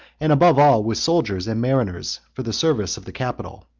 and, above all, with soldiers and mariners for the service of the capital.